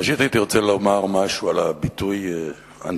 ראשית, הייתי רוצה לומר משהו על הביטוי אנטישמיות,